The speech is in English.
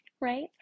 Right